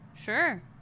Sure